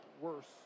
worse